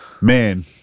Man